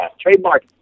Trademark